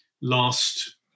last